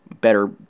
better